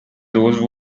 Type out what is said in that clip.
those